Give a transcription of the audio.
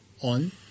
on